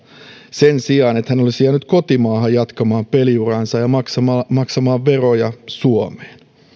sen sijaan että he olisivat jääneet kotimaahan jatkamaan peliuraansa ja maksamaan veroja suomeen